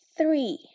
Three